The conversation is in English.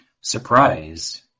Surprised